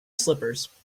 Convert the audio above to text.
slippers